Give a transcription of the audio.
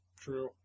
True